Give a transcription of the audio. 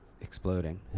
exploding